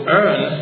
earn